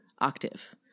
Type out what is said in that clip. octave